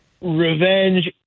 revenge